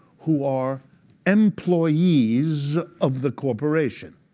who are employees of the corporation.